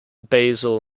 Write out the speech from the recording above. basal